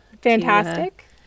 fantastic